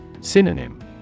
Synonym